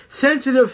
Sensitive